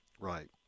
Right